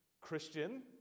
Christian